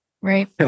Right